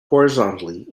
horizontally